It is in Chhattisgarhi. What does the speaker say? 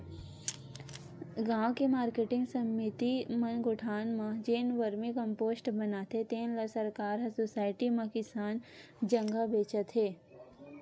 गाँव के मारकेटिंग समिति मन गोठान म जेन वरमी कम्पोस्ट बनाथे तेन ल सरकार ह सुसायटी म किसान जघा बेचत हे